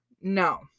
No